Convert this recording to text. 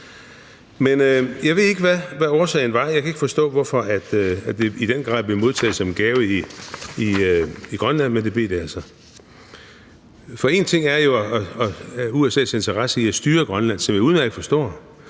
Jeg ved ikke, hvad årsagen var; jeg kan ikke forstå, hvorfor den i den grad blev modtaget som en gave i Grønland, men det blev den altså. En ting er jo USA's interesse i at styre Grønland, som jeg udmærket forstår;